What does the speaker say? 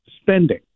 spending